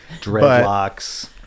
dreadlocks